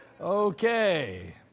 Okay